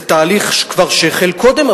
זה תהליך שהחל כבר קודם,